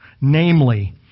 Namely